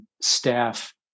staff